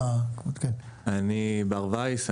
אני בר וייס.